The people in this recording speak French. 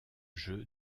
jeu